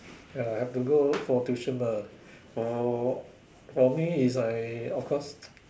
ya have to go for tuition ah for for me is I of course